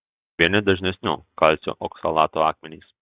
vieni dažnesnių kalcio oksalato akmenys